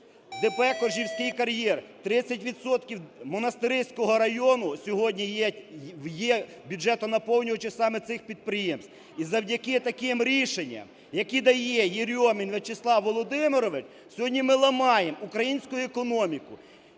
ДП "Коржівський кар'єр", 30 відсотків Монастириського району сьогодні є бюджетонаповнювачем саме цих підприємств. І завдяки таким рішенням, які дає Єрьомін В'ячеслав Володимирович, сьогодні ми ламаємо українську економіку.